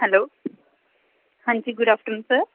hello ਹਾਂਜੀ good afternoon sir